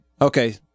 Okay